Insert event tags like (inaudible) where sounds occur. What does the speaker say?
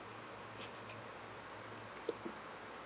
(laughs)